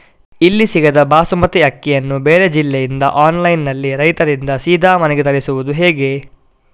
ಇಲ್ಲಿ ಸಿಗದ ಬಾಸುಮತಿ ಅಕ್ಕಿಯನ್ನು ಬೇರೆ ಜಿಲ್ಲೆ ಇಂದ ಆನ್ಲೈನ್ನಲ್ಲಿ ರೈತರಿಂದ ಸೀದಾ ಮನೆಗೆ ತರಿಸುವುದು ಹೇಗೆ?